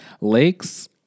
Lakes